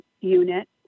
unit